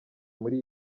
muri